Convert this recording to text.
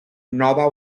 nova